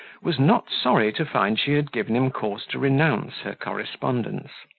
was not sorry to find she had given him cause to renounce her correspondence.